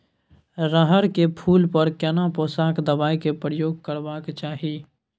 रहर के फूल पर केना पोषक दबाय के प्रयोग करबाक चाही?